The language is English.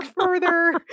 further